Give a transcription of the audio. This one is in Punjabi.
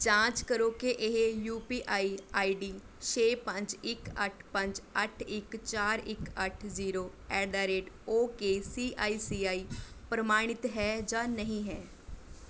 ਜਾਂਚ ਕਰੋ ਕਿ ਇਹ U P I I D ਛੇ ਪੰਜ ਇੱਕ ਅੱਠ ਪੰਜ ਅੱਠ ਇੱਕ ਚਾਰ ਇੱਕ ਅੱਠ zero at the rate O K C I C I ਪ੍ਰਮਾਣਿਤ ਹੈ ਜਾਂ ਨਹੀਂ ਹੈ